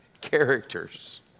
characters